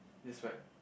this right